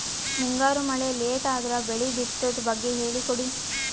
ಮುಂಗಾರು ಮಳೆ ಲೇಟ್ ಅದರ ಬೆಳೆ ಬಿತದು ಬಗ್ಗೆ ಹೇಳಿ ಕೊಡಿ?